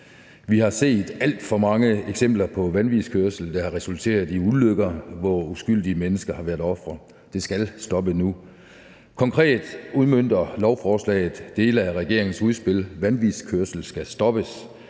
Vi har set alt for mange eksempler på vanvidskørsel, der har resulteret i ulykker, hvor uskyldige mennesker har været ofre. Det skal stoppe nu. Konkret udmønter lovforslaget dele af regeringens udspil »Vanvidskørsel skal stoppes«